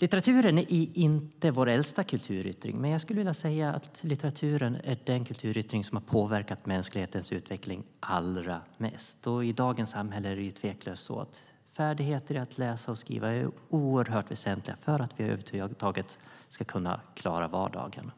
Litteraturen är inte vår äldsta kulturyttring, men jag skulle vilja säga att litteraturen är den kulturyttring som har påverkat mänsklighetens utveckling allra mest. I dagens samhälle är det tveklöst så att färdigheter i att läsa och skriva är oerhört väsentliga för att vi över huvud taget ska kunna klara vardagen.